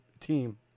team